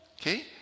Okay